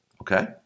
okay